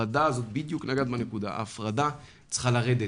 נגעת בדיוק בנקודה, ההפרדה הזאת צריכה לרדת.